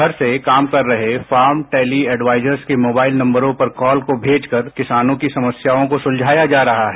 घर से काम कर रहे फार्म टेली एडवाइजर्स के नंबरों पर कॉल को भेजकर किसानों की समस्याओं को सुलझाया जा रहा है